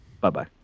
Bye-bye